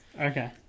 Okay